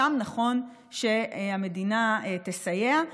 שם נכון שהמדינה תסייע,